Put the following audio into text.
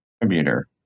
contributor